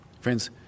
Friends